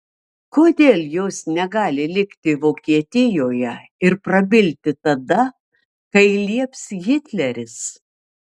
kodėl jos negali likti vokietijoje ir prabilti tada kai lieps hitleris